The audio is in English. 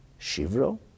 Shivro